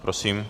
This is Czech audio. Prosím.